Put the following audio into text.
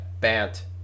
Bant